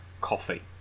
coffee